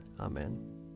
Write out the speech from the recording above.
Amen